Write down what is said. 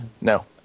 No